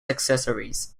accessories